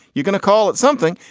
you're gonna call it something.